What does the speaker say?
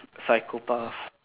psychopath